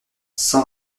cent